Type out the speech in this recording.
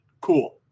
cool